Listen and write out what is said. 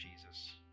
Jesus